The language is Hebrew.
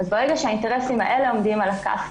ברגע שהאינטרסים האלה עומדים על הכף,